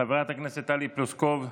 חברת הכנסת טלי פלוסקוב,